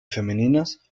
femeninas